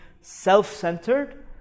self-centered